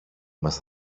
μας